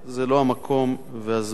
זה לא המקום והזמן